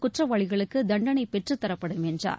குற்றவாளிகளுக்கு தண்டனை பெற்றுத்தரப்படும் என்றார்